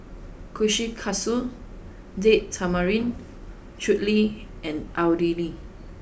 Kushikatsu Date Tamarind Chutney and Idili